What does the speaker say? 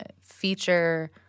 feature